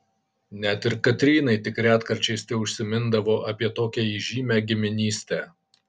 net ir katrynai tik retkarčiais teužsimindavo apie tokią įžymią giminystę